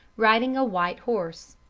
riding a white horse.